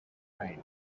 rain